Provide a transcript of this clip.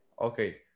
okay